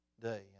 day